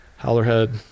howlerhead